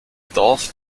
dorf